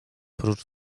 prócz